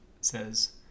says